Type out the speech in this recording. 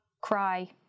cry